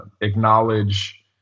acknowledge